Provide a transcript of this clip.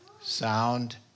Sound